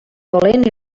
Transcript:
dolent